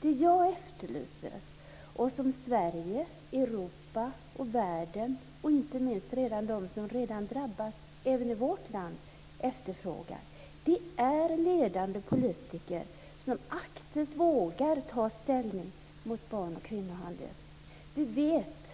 Det jag efterlyser och som Sverige, Europa och världen, och inte minst de som redan har drabbats även i vårt land, efterfrågar är ledande politiker som aktivt vågar ta ställning mot barn och kvinnohandel. Vi vet